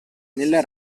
nella